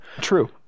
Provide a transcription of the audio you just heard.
True